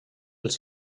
els